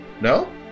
No